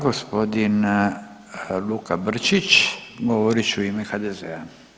Gospodin Luka Brčić, govorit će u ime HDZ-a.